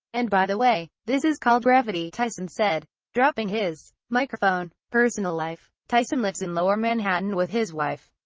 and by the way, this is called gravity tyson said, dropping his microphone. personal life tyson lives in lower manhattan with his wife,